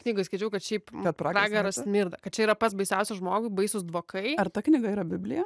knygoj skaičiau kad šiaip kad pragaras smirda kad čia yra pats baisiausias žmogui baisūs dvokai ar ta knyga yra biblija